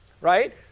right